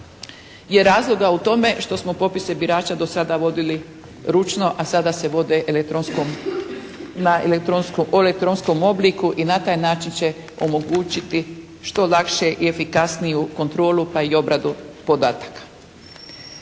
je razloga u tome što smo popise birača do sada vodili ručno, a sada se vode u elektronskom obliku i na taj način će omogućiti što lakšu i efikasniju kontrolu pa i obradu podataka.